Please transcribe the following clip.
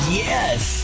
yes